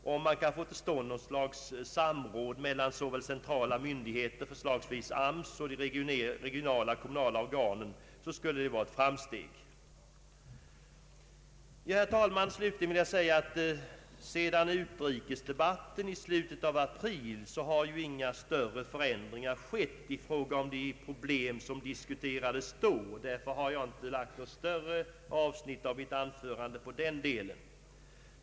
Om man kan få till stånd ett slags samråd mellan cen trala myndigheter, förslagsvis AMS, och de regionala kommunala organen, så skulle detta vara ett framsteg. Herr talman! Jag vill till slut säga att sedan utrikesdebatten i slutet av april har inga större förändringar skett i fråga om de problem som diskuterades då. Därför har jag inte berört denna del så mycket i mitt anförande.